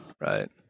right